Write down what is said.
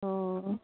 অঁ